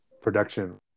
production